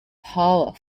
power